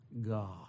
God